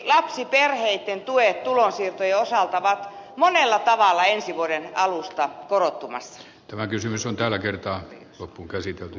lapsiperheitten tuet tulonsiirtojen osalta ovat monella tavalla ensi vuoden alusta korottumassattävä kysymys on tällä kertaa loppuunkäsitelty